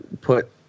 put